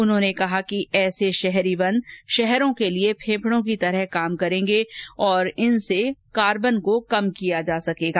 उन्होंने कहा कि शहरी वन शहरों के लिए फेफड़ों की तरह काम करेंगे और कार्बन को कम किया जा सकेगा